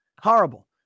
Horrible